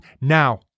now